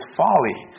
folly